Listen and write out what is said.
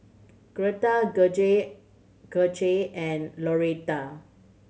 Gretta Gage Gage and Loretta